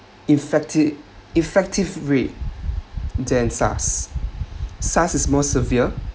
effecti~ effective rate than sars sars is more severe